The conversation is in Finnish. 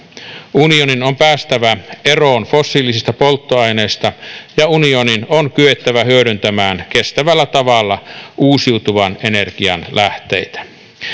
unionin on päästävä eroon fossiilisista polttoaineista ja unionin on kyettävä hyödyntämään kestävällä tavalla uusiutuvan energian lähteitä